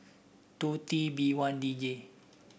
two T B one D J